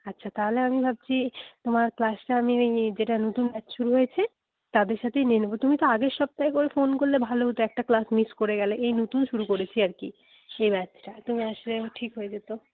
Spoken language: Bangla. আচ্ছা তাহলে আমি ভাবছি তোমার ক্লাসটা আমি এই এই যেটা নতুন ব্যাচ শুরু হয়েছে তাদের সাথেই নিয়ে নেব তুমি তো আগের সপ্তাহে একবার ফোন করলে ভালো হত একটা ক্লাস মিস করে গেলে এই নতুন শুরু করেছি আর কি সে ব্যাচটায় তুমি আসলে ঠিক হয়ে যেত